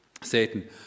Satan